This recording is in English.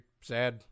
sad